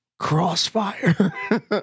crossfire